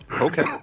Okay